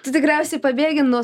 tai tikriausiai pabėgi nuo